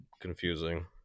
confusing